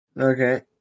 Okay